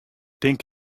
tink